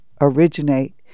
originate